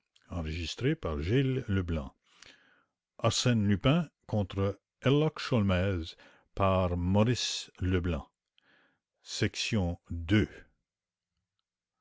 arsène lupin herlock sholmès